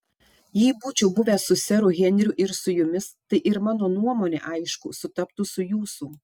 jei būčiau buvęs su seru henriu ir su jumis tai ir mano nuomonė aišku sutaptų su jūsų